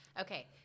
Okay